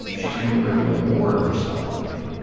she's going to reveal more of herself to me.